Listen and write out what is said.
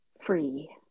free